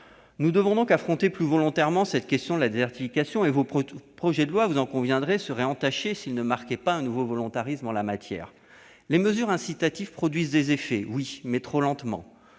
Nous devons donc affronter plus volontairement la question de la désertification. Ce projet de loi, vous en conviendrez, serait entaché s'il ne marquait pas un nouveau volontarisme en la matière. Les mesures incitatives produisent des effets, mais trop lentement.